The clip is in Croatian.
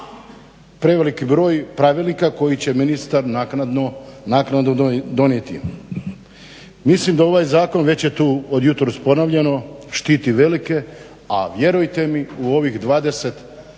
preveliki broj pravilnika koji će ministar naknadno donijeti. Mislim da ovaj zakon već je tu od jutros ponovljeno štiti velike, a vjerujte mi u ovih 20